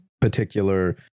particular